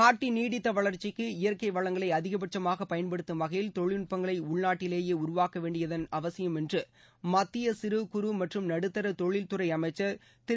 நாட்டின் நீடித்த வளர்ச்சிக்கு இயற்கை வளங்களை அதிகபட்சமாக பயன்படுத்தும் வகையில் தொழில்நுட்பங்களை உள்நாட்டிலேயே உருவாக்க வேண்டியது அவசியம் என்று மத்திய சிறு குறு மற்றும் நடுத்தர தொழில் துறை அமைச்சர் திரு